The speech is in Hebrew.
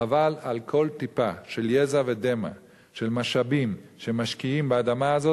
חבל על כל טיפה של יזע ודמע של משאבים שמשקיעים באדמה הזאת